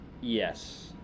Yes